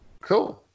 Cool